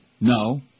No